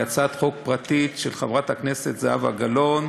היא הצעת חוק פרטית של חברת הכנסת זהבה גלאון.